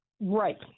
Right